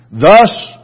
Thus